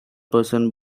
person